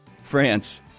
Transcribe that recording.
France